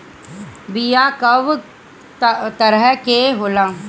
बीया कव तरह क होला?